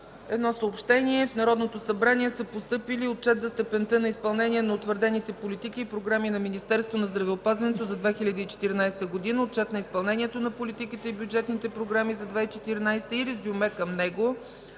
Едно съобщение. В Народното събрание са постъпили Отчет за степента на изпълнение на утвърдените политики и програми на Министерството на здравеопазването за 2014 г., Отчет на изпълнението на политиките и бюджетните програми за 2014 г. и резюме към него